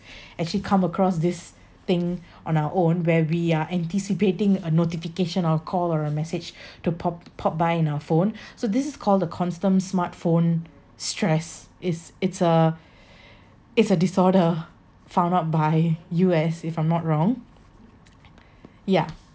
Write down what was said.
actually come across this thing on our own where we are anticipating a notification of a call or a message to pop pop by in our phone so this is called a constant smartphone stress is it's a it's a disorder found out by U_S if I'm not wrong yeah